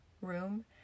room